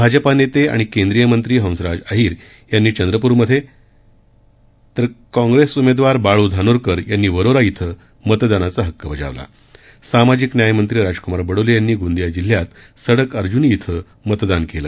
भाजपा नेते आणि केंद्रीय मंत्री हंसराज अहिर यांनी चंद्रपुर मधे आणि काँप्रेस उमेदवार बाळू धानोरकर यांनी वरोरा शिं मतदानाचा हक्क बजावला तर सामाजिक न्यायमंत्री राजकुमार बडोले यांनी गोंदिया जिल्ह्यात सडक अर्जूनी क्रि मतदान केलं